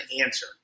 answer